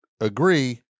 agree